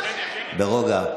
ברוגע.